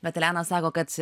bet elena sako kad